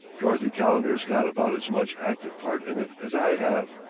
dorothy calendar's got about as much active part in it as i have.